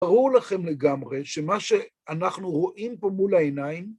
ברור לכם לגמרי שמה שאנחנו רואים פה מול העיניים